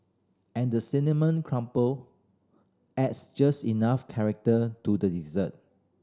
and the cinnamon crumble adds just enough character to the dessert